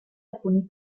alcuni